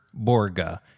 Borga